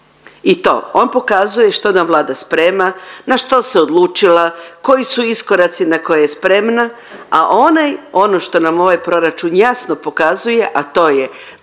i to on pokazuje što nam Vlada sprema, na što se odlučila, koji su iskoraci na koje je spremna, a onaj ono što nam ovaj proračun jasno prokazuje, a to je